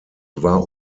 war